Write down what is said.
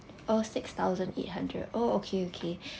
oh six thousand eight hundred oh okay okay